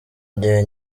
gihe